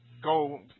go